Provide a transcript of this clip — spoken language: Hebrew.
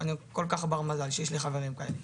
אני כל כך בר מזל שיש לי חברים כאלה,